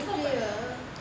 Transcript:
priya ah